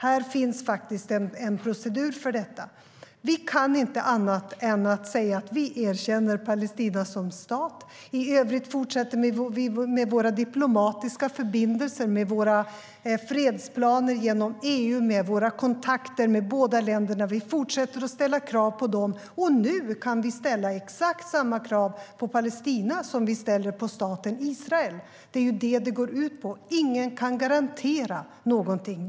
Här finns faktiskt en procedur för detta. Vi kan inte annat än säga att vi erkänner Palestina som stat. I övrigt fortsätter vi med våra diplomatiska förbindelser, med våra fredsplaner genom EU och våra kontakter med båda länderna. Vi fortsätter att ställa krav på dem. Nu kan vi ställa exakt samma krav på Palestina som vi ställer på staten Israel. Det är vad det går ut på. Ingen kan garantera någonting.